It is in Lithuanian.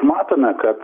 matome kad